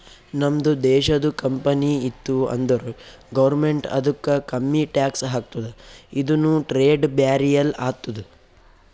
ನಮ್ದು ದೇಶದು ಕಂಪನಿ ಇತ್ತು ಅಂದುರ್ ಗೌರ್ಮೆಂಟ್ ಅದುಕ್ಕ ಕಮ್ಮಿ ಟ್ಯಾಕ್ಸ್ ಹಾಕ್ತುದ ಇದುನು ಟ್ರೇಡ್ ಬ್ಯಾರಿಯರ್ ಆತ್ತುದ